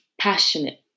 passionate